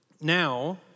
now